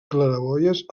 claraboies